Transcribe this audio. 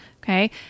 Okay